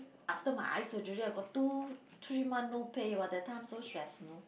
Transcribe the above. after my eye surgery I got two three month no pay !wah! that time so stress you know